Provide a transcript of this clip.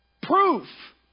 proof